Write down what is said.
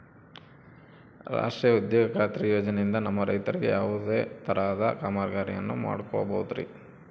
ರಾಷ್ಟ್ರೇಯ ಉದ್ಯೋಗ ಖಾತ್ರಿ ಯೋಜನೆಯಿಂದ ನಮ್ಮ ರೈತರು ಯಾವುದೇ ತರಹದ ಕಾಮಗಾರಿಯನ್ನು ಮಾಡ್ಕೋಬಹುದ್ರಿ?